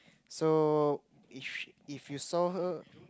so if if you saw her